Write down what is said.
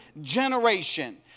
generation